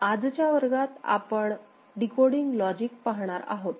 आजच्या वर्गात आपण डिकोडिंग लॉजिक पाहणार आहोत